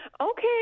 Okay